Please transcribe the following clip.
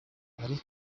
ari